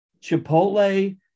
Chipotle